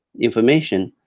information,